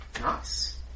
Nice